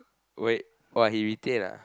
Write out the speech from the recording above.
wait !wah! he retain ah